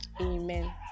Amen